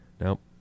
Nope